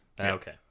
Okay